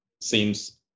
seems